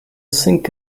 sink